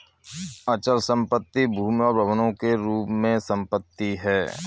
अचल संपत्ति भूमि और भवनों के रूप में संपत्ति है